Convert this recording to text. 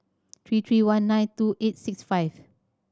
three three one nine two eight six five